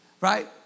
right